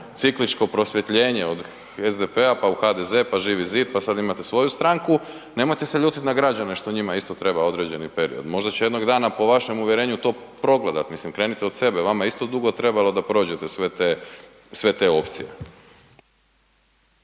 cikličko prosvjetljenje od SDP, pa u HDZ, pa Živi zid, pa sad imate svoju stranku, nemojte se ljutiti na građane što njima isto treba određeni period. Možda će jednog dana po vašem uvjerenju to progledati. Mislim krenite od sebe, vama je isto dugo trebalo, da prođete sve te, sve